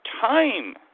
time